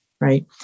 right